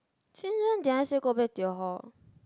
since when did I say go back to your hall